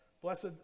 Blessed